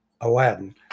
aladdin